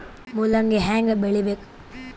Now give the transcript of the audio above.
ಮೂಲಂಗಿ ಹ್ಯಾಂಗ ಬೆಳಿಬೇಕು?